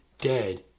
dead